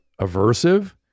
aversive